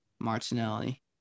Martinelli